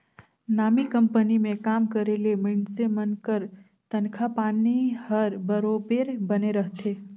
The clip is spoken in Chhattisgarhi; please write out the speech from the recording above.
नामी कंपनी में काम करे ले मइनसे मन कर तनखा पानी हर बरोबेर बने रहथे